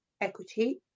equity